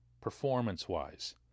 performance-wise